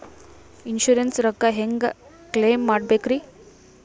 Insurance ರೊಕ್ಕ ಹೆಂಗ claim ಮಾಡ್ಬೇಕ್ರಿ?